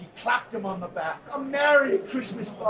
clapped him on the back! a merry christmas, bob,